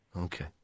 Okay